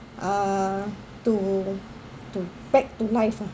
uh to to back to life lah